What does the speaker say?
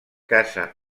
casa